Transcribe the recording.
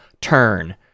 turn